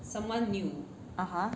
(uh huh)